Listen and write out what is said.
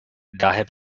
daher